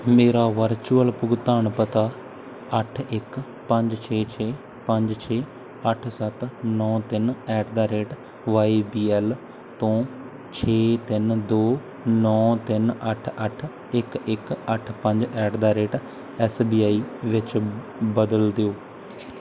ਮੇਰਾ ਵਰਚੁਅਲ ਭੁਗਤਾਨ ਪਤਾ ਅੱਠ ਇੱਕ ਪੰਜ ਛੇ ਛੇ ਪੰਜ ਛੇ ਅੱਠ ਸੱਤ ਨੌਂ ਤਿੰਨ ਐਟ ਦਾ ਰੇਟ ਵਾਈ ਬੀ ਐੱਲ ਤੋਂ ਛੇ ਤਿੰਨ ਦੋ ਨੌਂ ਤਿੰਨ ਅੱਠ ਅੱਠ ਇੱਕ ਇੱਕ ਅੱਠ ਪੰਜ ਐਟ ਦਾ ਰੇਟ ਐੱਸ ਬੀ ਆਈ ਵਿੱਚ ਬਦਲ ਦਿਓ